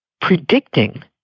predicting